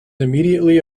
immediately